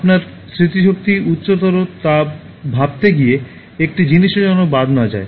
আপনার স্মৃতিশক্তি উচ্চতর তা ভাবতে গিয়ে একটি জিনিসও যেন বাদ না যায়